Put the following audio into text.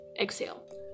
exhale